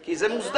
כי זה מוסדר.